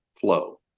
flow